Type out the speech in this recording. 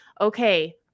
okay